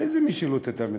על איזה משילות אתה מדבר?